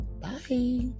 Bye